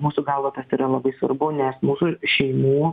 mūsų galva tas yra labai svarbu nes mūsų ir šeimų